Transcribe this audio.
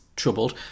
troubled